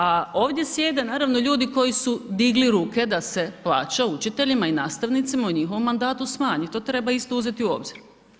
A ovdje sjede naravno ljudi koji su digli ruke da se plaća učiteljima i nastavnicima u njihovom mandatu smanji, to treba isto uzeti u obzir.